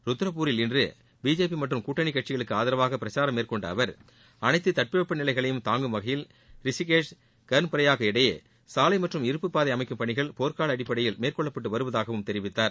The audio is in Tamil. ருத்ரபூரில் இன்று பிஜேபி மற்றும் கூட்டணி கட்சிகளுக்கு ஆதரவாக பிரச்சாரம் மேற்கொண்ட அவர் அளைத்து தட்பவெப்ப நிலைகளையும் தாங்கும் வகையில் ரிஷிகேஷ் கர்ன் பிரயாக் இடையே சாலை மற்றும் இருப்புப் பாதை அமைக்கும் பணிகள் போர்க்கால அடிப்படையில் மேற்கொள்ளப்பட்டு வருவதாகவும் தெரிவித்தார்